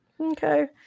okay